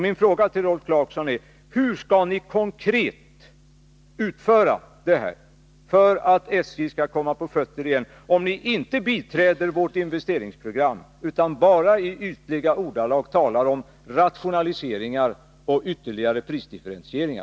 Min fråga till Rolf Clarkson är: Hur skall ni konkret sätta SJ på fötter igen, om ni inte biträder vårt investeringsprogram utan bara i ytliga ordalag talar om rationaliseringar och ytterligare prisdifferentieringar?